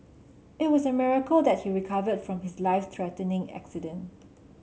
it was a miracle that he recovered from his life threatening accident